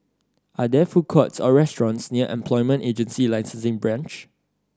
are there food courts or restaurants near Employment Agency Licensing Branch